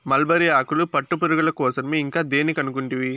mulberry ఆకులు పట్టుపురుగుల కోసరమే ఇంకా దేని కనుకుంటివి